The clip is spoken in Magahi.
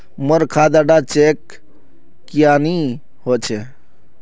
मोर खाता डा चेक क्यानी होचए?